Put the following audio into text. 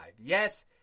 yes